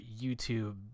youtube